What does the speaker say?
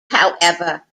however